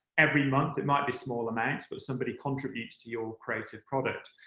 every month, it might be small amounts, but somebody contributes to your creative product.